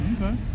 Okay